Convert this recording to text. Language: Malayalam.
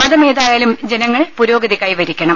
മതമേതായാലും ജനങ്ങൾ പുരോഗതി കൈവരിക്കണം